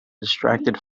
distracted